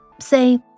Say